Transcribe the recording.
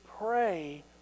pray